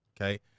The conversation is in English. Okay